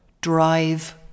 drive